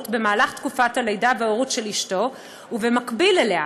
במהלך תקופת הלידה וההורות של אשתו ובמקביל אליה,